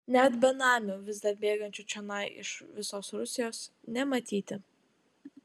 net benamių vis dar bėgančių čionai iš visos rusijos nematyti